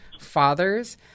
fathers